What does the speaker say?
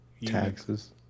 Taxes